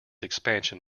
expansion